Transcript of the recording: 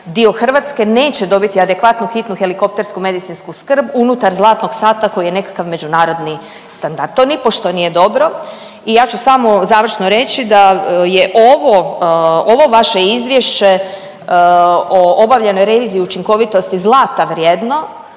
dio Hrvatske neće dobiti adekvatnu hitnu helikoptersku medicinsku skrb unutar zlatnog sata koji je nekakav međunarodni standard. To nipošto nije dobro. I ja ću samo završno reći da je ovo, ovo vaše izvješće o obavljenoj reviziji učinkovitosti zlata vrijedno,